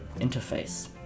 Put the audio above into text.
interface